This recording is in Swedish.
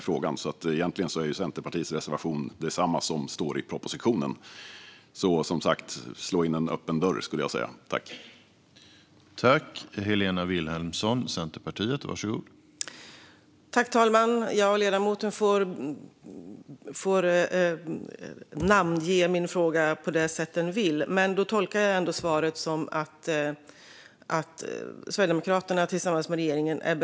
Centerpartiets reservation är alltså egentligen detsamma som står i propositionen, så jag skulle säga att det är att slå in en öppen dörr.